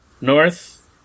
north